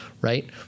right